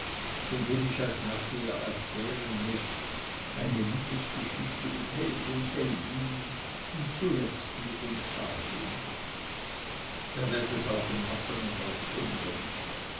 von dem ich euch nachher erzählen muß eine liebesgeschichte mit held und heldin und zuletzt mit entsagung ihr werdet augen machen und euch wundern